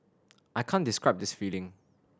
I can't describe this feeling